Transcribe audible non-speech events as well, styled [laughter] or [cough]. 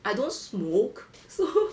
I don't smoke so [laughs]